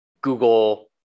Google